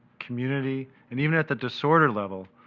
community, and even at the disorder level,